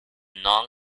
non